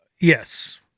Yes